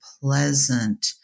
pleasant